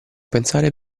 pensare